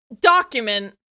document